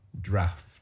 draft